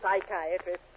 psychiatrist